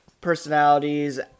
personalities